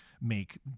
make